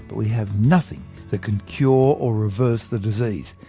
but we have nothing that can cure or reverse the disease.